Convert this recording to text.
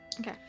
Okay